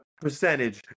percentage